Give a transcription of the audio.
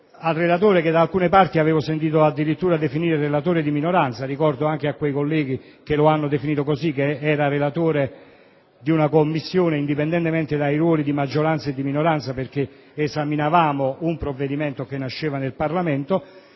al relatore, che da alcune parti ho sentito addirittura definire relatore di minoranza. Ricordo ai colleghi che così lo hanno definito che si tratta di un relatore di una Commissione, indipendentemente dai ruoli di maggioranza o di minoranza, perché esaminavamo un provvedimento che nasceva nel Parlamento.